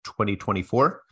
2024